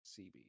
CB